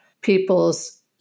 people's